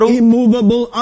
immovable